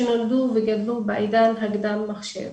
שנולדו וגדלו בעידן קדם המחשב.